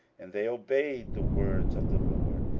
and they obeyed the words of the lord,